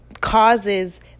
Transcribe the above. causes